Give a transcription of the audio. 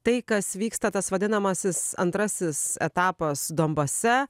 tai kas vyksta tas vadinamasis antrasis etapas donbase